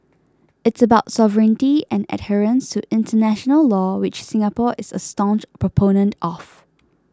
it's about sovereignty and adherence to international law which Singapore is a staunch proponent of